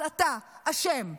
אז אתה אשם.